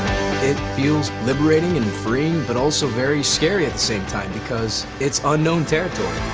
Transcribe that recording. it feels liberating and free, but also very scary at the same time because it's unknown territory.